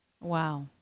Wow